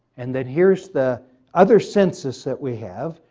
and then here's the other census that we have.